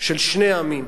של שני עמים.